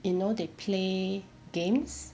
you know they play games